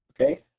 okay